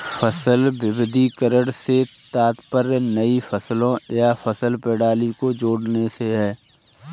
फसल विविधीकरण से तात्पर्य नई फसलों या फसल प्रणाली को जोड़ने से है